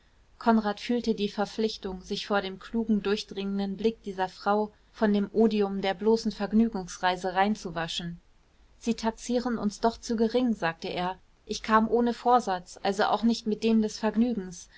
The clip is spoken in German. konrad fühlte die verpflichtung sich vor dem klugen durchdringenden blick dieser frau von dem odium der bloßen vergnügungsreise rein zu waschen sie taxieren uns doch zu gering sagte er ich kam ohne vorsatz also auch nicht mit dem des vergnügens